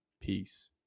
Peace